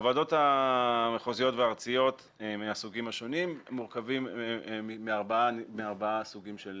הוועדות המחוזיות והארציות מהסוגים השונים מורכבים מארבעה סוגים של